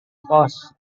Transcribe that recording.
pos